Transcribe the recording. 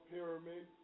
Pyramid